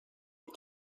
and